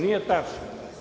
Nije tačno.